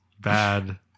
bad